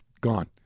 gone